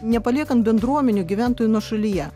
nepaliekant bendruomenių gyventojų nuošalyje